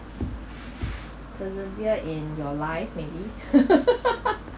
persevere in your life maybe